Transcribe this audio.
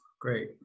great